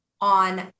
on